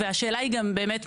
והשאלה היא גם באמת,